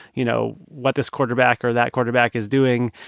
you know, what this quarterback or that quarterback is doing.